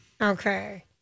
Okay